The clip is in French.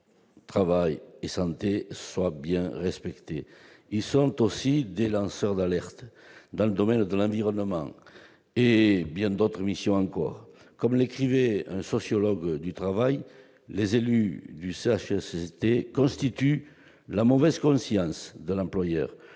travail sont bien respectés. Ces comités sont aussi des lanceurs d'alerte dans le domaine de l'environnement et pour bien d'autres questions encore. Comme l'écrivait un sociologue du travail, les élus du CHSCT constituent la mauvaise conscience de l'employeur,